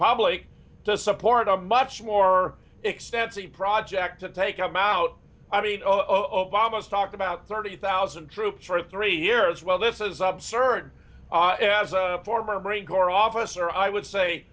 public to support a much more extensive project to take i'm out i mean obama has talked about thirty thousand troops for three years well this is absurd as a former marine corps officer i would say